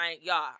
Y'all